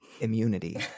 immunity